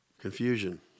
Confusion